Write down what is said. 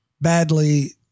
badly